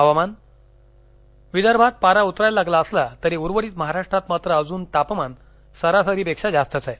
हवामान विदर्भात पारा उतरायला लागला असला तरी उर्वरित महाराष्ट्रात मात्र अजून तापमान सरासरी पेक्षा जास्तच आहे